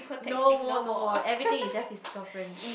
no war no war everything is just his girlfriend mm